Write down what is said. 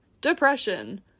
Depression